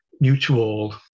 mutual